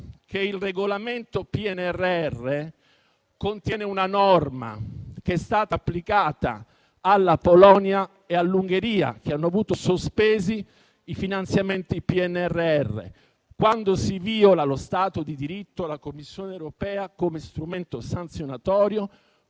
che il regolamento del PNRR contiene una norma che è stata applicata alla Polonia e all'Ungheria, che si sono visti sospesi i finanziamenti del PNRR. Quando si viola lo Stato di diritto, la Commissione europea, come strumento sanzionatorio,